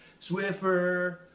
Swiffer